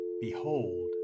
Behold